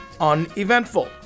uneventful